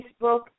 facebook